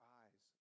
eyes